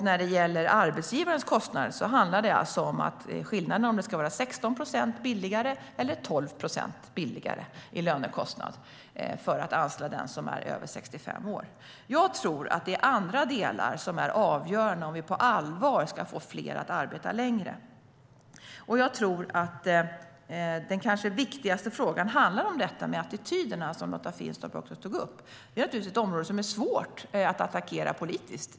När det gäller arbetsgivarens kostnader handlar det alltså om huruvida det i fråga om lönekostnaderna ska vara 16 procent eller 12 procent billigare att anställa den som är över 65 år. Jag tror att det är andra delar som är avgörande om vi på allvar ska få fler att arbeta längre. Den kanske viktigaste frågan handlar om attityderna, som Lotta Finstorp tog upp. Det är naturligtvis ett område som är svårt att attackera politiskt.